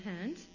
hand